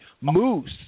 Moose